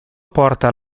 porta